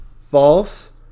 false